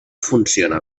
funciona